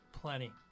Plenty